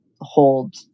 hold